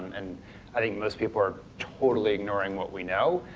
and i think most people are totally ignoring what we know.